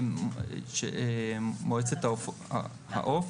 מועצת העוף.